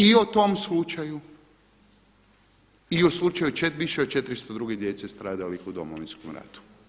I o tom slučaju i o slučaju više od 400 druge djece stradalih u Domovinskom ratu.